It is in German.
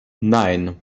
nein